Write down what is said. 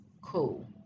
cool